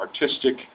artistic